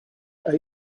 are